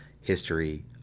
history